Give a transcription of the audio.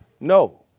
No